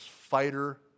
fighter